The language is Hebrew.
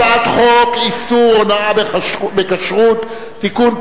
הצעת חוק איסור הונאה בכשרות (תיקון,